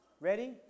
Ready